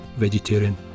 vegetarian